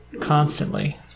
constantly